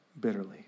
bitterly